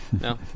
No